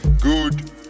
good